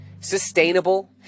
sustainable